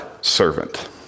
servant